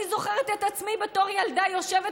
אני זוכרת את עצמי בתור ילדה יושבת